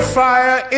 fire